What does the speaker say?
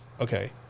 Okay